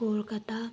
Kolkata